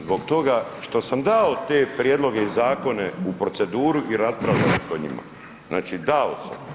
Zbog toga što sam dao te prijedloge i zakone u proceduru i raspravljao o njima, znači dao sam.